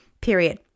period